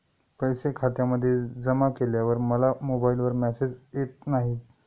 पैसे खात्यामध्ये जमा केल्यावर मला मोबाइलवर मेसेज येत नाही?